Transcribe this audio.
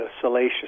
salacious